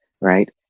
right